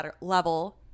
level